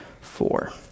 four